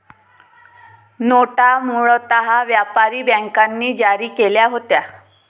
नोटा मूळतः व्यापारी बँकांनी जारी केल्या होत्या